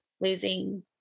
losing